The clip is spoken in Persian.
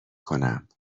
کنم